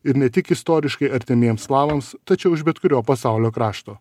ir ne tik istoriškai artimiems slavams tačiau iš bet kurio pasaulio krašto